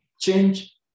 Change